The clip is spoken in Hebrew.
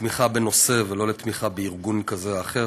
לתמיכה בנושא ולא לתמיכה בארגון כזה או אחר,